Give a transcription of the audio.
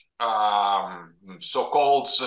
So-called